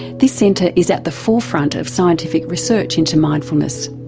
this centre is at the forefront of scientific research into mindfulness.